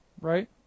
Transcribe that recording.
right